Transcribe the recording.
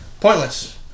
pointless